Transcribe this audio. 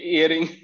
earring